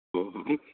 ओ हो